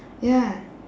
ya